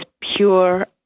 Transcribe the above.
pure